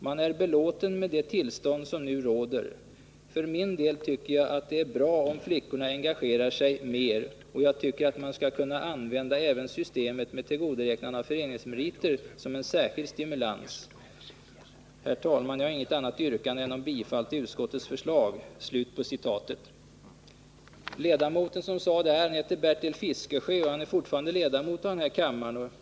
Man är belåten med det tillstånd som nu råder. För min del tycker jag att det är bra om flickorna engagerar sig mer, och jag tycker att man skall kunna använda även systemet med tillgodoräknande av föreningsmeriter som en särskild stimulans.” Den som sade detta heter Bertil Fiskesjö, och han är fortfarande riksdagsledamot.